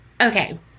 Okay